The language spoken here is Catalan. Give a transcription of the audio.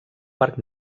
parc